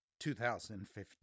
2015